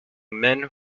men